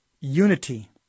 unity